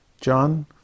John